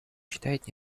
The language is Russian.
считает